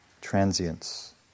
transience